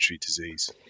disease